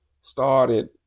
started